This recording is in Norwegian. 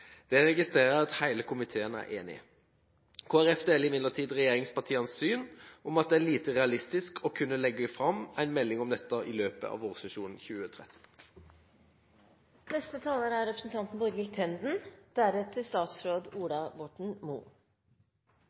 Det registrerer jeg at hele komiteen er enig i. Kristelig Folkeparti deler imidlertid regjeringspartienes syn om at det er lite realistisk å kunne legge fram en melding om dette i løpet av vårsesjonen 2013. Mye er